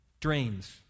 drains